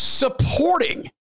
Supporting